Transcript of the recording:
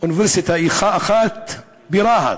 אוניברסיטה אחת ברהט,